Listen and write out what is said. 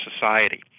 society